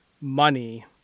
money